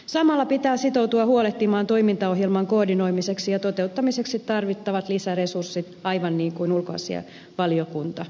samalla pitää sitoutua huolehtimaan toimintaohjelman koordinoimiseksi ja toteuttamiseksi tarvittavat lisäresurssit aivan niin kuin ulkoasiainvaliokunta sanoo